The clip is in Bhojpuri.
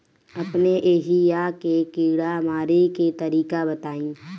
अपने एहिहा के कीड़ा मारे के तरीका बताई?